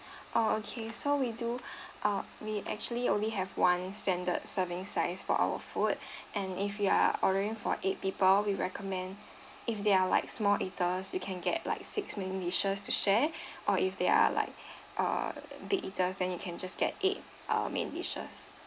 oh okay so we do uh we actually only have one standard serving size for our food and if you are ordering for eight people we recommend if they are like small eaters you can get like six main dishes to share or if they are like uh big eaters then you can just get eight uh main dishes